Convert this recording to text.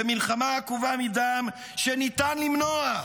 במלחמה עקובה מדם שניתן למנוע.